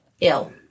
ill